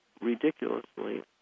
ridiculously